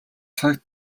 цаг